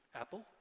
Apple